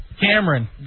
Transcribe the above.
Cameron